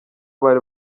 bari